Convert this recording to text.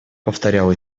повторял